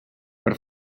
per